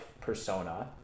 persona